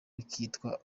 bikitwa